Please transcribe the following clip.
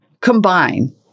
combine